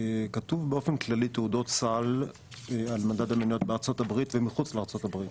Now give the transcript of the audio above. כתוב באופן כללי תעודות סל על מדד המניות ומחוץ לארצות הברית.